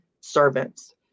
servants